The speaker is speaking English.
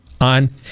on